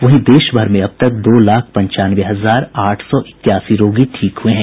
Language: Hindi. वहीं देश भर में अब तक दो लाख पंचानवे हजार आठ सौ इक्यासी रोगी ठीक हुए हैं